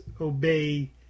obey